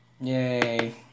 Yay